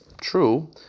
true